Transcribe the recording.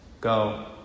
Go